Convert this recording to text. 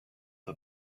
the